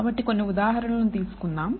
కాబట్టి కొన్ని ఉదాహరణలను తీసుకుందాం